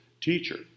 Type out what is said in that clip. Teacher